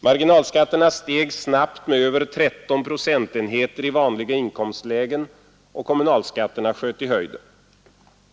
Marginalskatterna steg snabbt med över 13 procentenheter i vanliga inkomstlägen, och kommunalskatterna sköt i höjden.